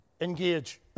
engage